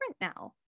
now